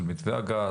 של מתווה הגז,